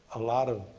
a lot of,